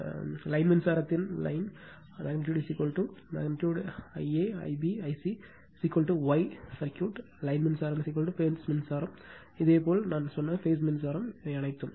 L line மின்சாரம் த்தின் line அளவு அளவு I a I b I c Y circuit line மின்சாரம் பேஸ் மின்சாரம் த்திற்கும் இதேபோல் நான் சொன்ன பேஸ் மின்சாரம் அனைத்தும்